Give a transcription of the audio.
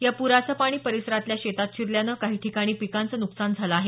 या पुराचं पाणी परीसरातल्या शेतात शिरल्यानं काही ठिकाणी पिकाचं नुकसान झालं आहे